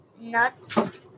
nuts